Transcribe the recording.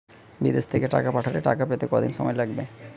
বিদেশ থেকে টাকা পাঠালে টাকা পেতে কদিন সময় লাগবে?